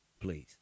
please